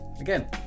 Again